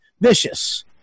Vicious